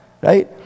right